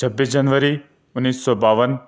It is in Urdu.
چھبیس جنوری انیس سو باون